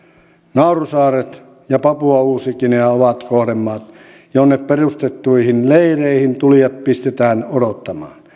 naurusaaret ja papua uusi guinea ovat kohdemaat jonne perustettuihin leireihin tulijat pistetään odottamaan